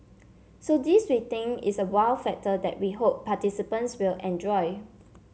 so this we think is a wow factor that we hope participants will enjoy